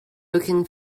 looking